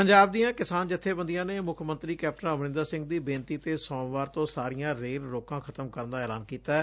ਪੰਜਾਬ ਦੀਆਂ ਕਿਸਾਨ ਜਬੇਬੰਦੀਆਂ ਨੇ ਮੁੱਖ ਮੰਤਰੀ ਕੈਪਟਨ ਅਮਰਿੰਦਰ ਸਿੰਘ ਦੀ ਬੇਨਤੀ ਤੇ ਸੋਮਵਾਰ ਤੋ ਸਾਰੀਆਂ ਰੇਲ ਰੋਕਾਂ ਖ਼ਤਮ ਕਰਨ ਦਾ ਐਲਾਨ ਕੀਤੈ